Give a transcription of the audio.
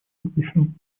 будущем